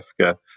Africa